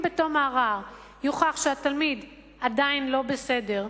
אם בתום הערר יוכח שהתלמיד עדיין לא בסדר,